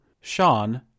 Sean